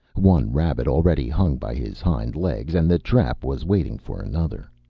one rabbit already hung by his hind legs and the trap was waiting for another.